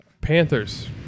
Panthers